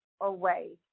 away